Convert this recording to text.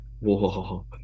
whoa